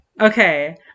okay